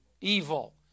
Evil